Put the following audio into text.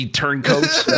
turncoats